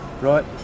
Right